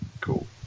cool